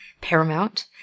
paramount